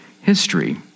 history